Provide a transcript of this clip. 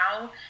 now